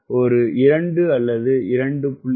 ஒரு 2 அல்லது 2